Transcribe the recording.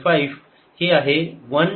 5 हे 1 छेद 5 आहे